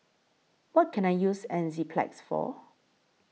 What Can I use Enzyplex For